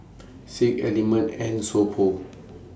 Schick Element and So Pho